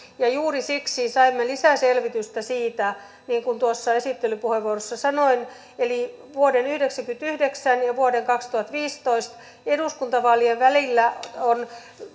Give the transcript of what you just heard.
juuri siksi saimme lisäselvitystä siitä niin kuin tuossa esittelypuheenvuorossa sanoin eli vuoden yhdeksänkymmentäyhdeksän ja kaksituhattaviisitoista eduskuntavaalien välillä on